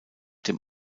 dem